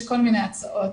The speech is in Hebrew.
יש כל מיני הצעות.